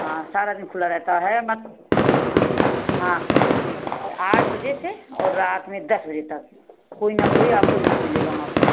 हाँ सारा दिन खुला रहता है मत हाँ हाँ और आठ बजे से और रात में दस बजे तक कोई ना कोई आपको ज़रूर मिलेगा वहाँ पर